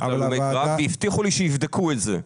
להלומי קרב והבטיחו לי שיבדקו את זה.